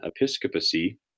episcopacy